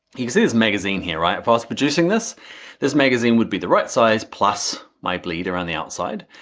is is magazine here, right, fast producing this this magazine would be the right size plus my bleeder on the outside.